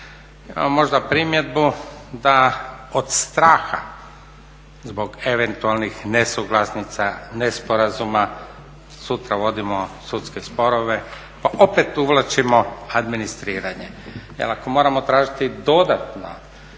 možda primjedbu da od straha zbog eventualnih nesuglasica, nesporazuma sutra vodimo sudske sporove pa opet uvlačimo administriranje. Jer ako moramo tražiti dodatna,